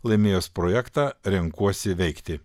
laimėjus projektą renkuosi veikti